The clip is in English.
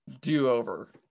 do-over